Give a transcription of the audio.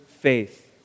faith